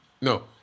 No